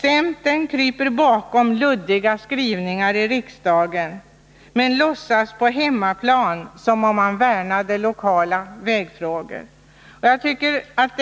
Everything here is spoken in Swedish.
Centern kryper bakom luddiga skrivningar i riksdagen, men låtsas på hemmaplan som om man värnade om lokala vägfrågor. Jag tycker att